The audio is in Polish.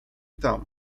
tam